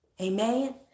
Amen